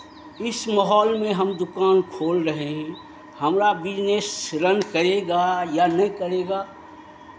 इस माहौल में हम दुकान खोल रहे हैं हमरा बिज़नेस रन करेगा या नहीं करेगा